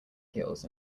heels